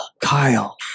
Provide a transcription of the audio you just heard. Kyle